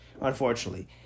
unfortunately